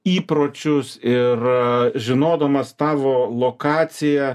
įpročius ir žinodamas tavo lokaciją